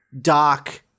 Doc